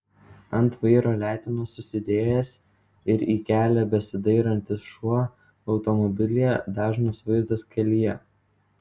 ant vairo letenas susidėjęs ir į kelią besidairantis šuo automobilyje dažnas vaizdas kelyje